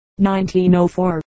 1904